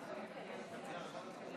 בבקשה.